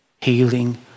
healing